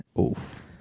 Oof